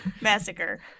Massacre